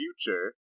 future